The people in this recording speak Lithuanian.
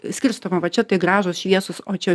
skirstoma va čia tai gražūs šviesūs o čia